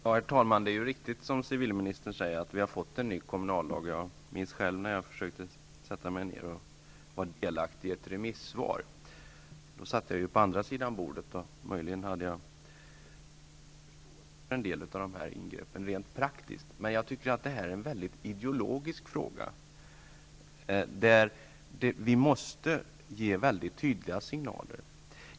Herr talman! Det är riktigt som civilministern säger att vi har fått en ny kommunallag. Jag minns när jag själv var delaktig i ett remissvar. Då satt jag ju på andra sidan bordet. Möjligen kunde jag göra några rent praktiska ingrepp. Jag tycker emellertid att detta är en mycket ideologisk fråga. Vi måste ge tydliga signaler.